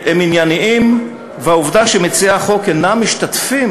הם ענייניים, והעובדה שמציעי החוק אינם משתתפים